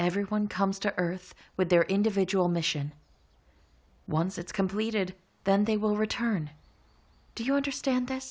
everyone comes to earth with their individual mission once it's completed then they will return do you understand